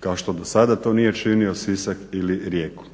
kao što do sada to nije činio Sisak ili Rijeku?